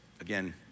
again